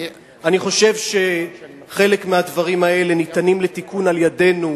אני חושב שחלק מהדברים האלה ניתנים לתיקון על-ידינו,